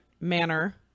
manner